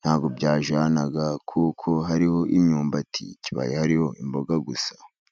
ntabwo byajyana，kuko hariho imyumbati，kibaye hariho imboga gusa.